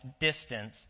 distance